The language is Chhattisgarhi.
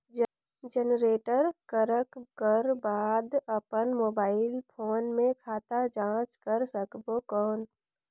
जनरेट करक कर बाद अपन मोबाइल फोन मे खाता जांच कर सकबो कौन?